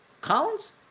Collins